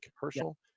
Herschel